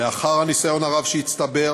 לאחר הניסיון הרב שהצטבר,